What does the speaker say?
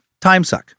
timesuck